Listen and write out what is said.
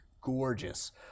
gorgeous